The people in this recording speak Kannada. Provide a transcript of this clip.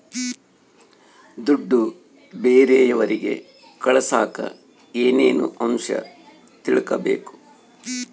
ದುಡ್ಡು ಬೇರೆಯವರಿಗೆ ಕಳಸಾಕ ಏನೇನು ಅಂಶ ತಿಳಕಬೇಕು?